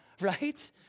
right